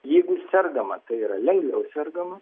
jeigu sergama tai yra lengviau sergama